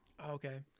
Okay